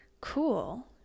cool